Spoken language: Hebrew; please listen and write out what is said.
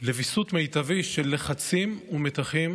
לוויסות מיטבי של לחצים ומתחים